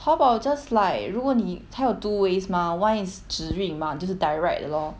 Taobao just like 如果你它有 two ways mah one is 直运 mah 就是 direct lor